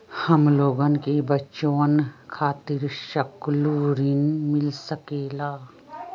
हमलोगन के बचवन खातीर सकलू ऋण मिल सकेला?